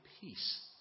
peace